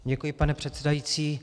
Děkuji, pane předsedající.